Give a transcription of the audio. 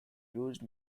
used